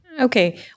Okay